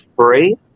free